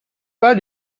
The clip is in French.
pas